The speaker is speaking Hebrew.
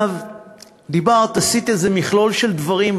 עשית איזה מכלול של דברים,